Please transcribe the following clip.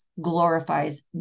glorifies